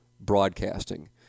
broadcasting